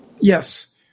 yes